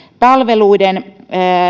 palveluiden